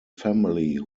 family